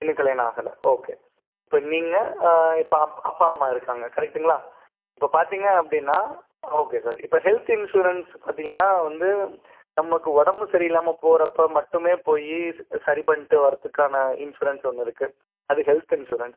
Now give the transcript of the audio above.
இன்னும் கல்யாணம் ஆகலை ஓகே இப்போ நீங்கள் இப்போ அப் அப்பா அம்மா இருக்காங்கள் கரெக்ட்டுங்களா இப்போ பார்த்தீங்க அப்படினா ஓகே சார் இப்போ ஹெல்த் இன்ஷுரன்ஸ் பார்த்தீங்கனா வந்து நமக்கு உடம்பு சரி இல்லாமல் போகிறப்ப மட்டுமே போயி சரி பண்ணிட்டு வரத்துக்கான இன்ஷுரன்ஸ் ஒன்று இருக்குது அது ஹெல்த் இன்ஷுரன்ஸ்